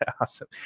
Awesome